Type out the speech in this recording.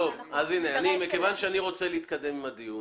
אני רוצה להתקדם עם הדיון